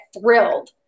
thrilled